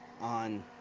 on